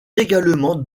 également